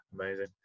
Amazing